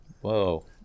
Whoa